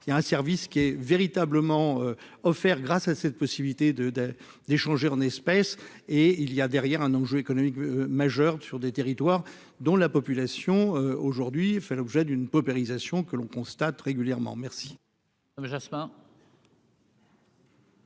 il y a un service qui est véritablement offert grâce à cette possibilité de, de, d'échanger en espèces et il y a derrière un enjeu économique majeur sur des territoires dont la population aujourd'hui fait l'objet d'une paupérisation que l'on constate régulièrement merci.